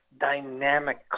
dynamic